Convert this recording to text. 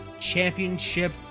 championship